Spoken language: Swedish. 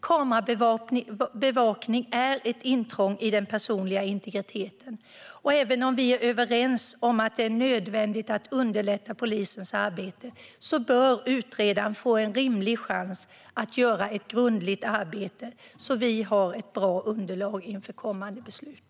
Kamerabevakning är ett intrång i den personliga integriteten. Även om vi är överens om att det är nödvändigt att underlätta polisens arbete bör utredaren få en rimlig chans att göra ett grundligt arbete så att vi har ett bra underlag inför kommande beslut.